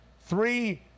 three